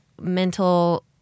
mental